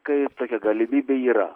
kaip tokia galimybė yra